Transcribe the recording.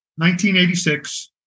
1986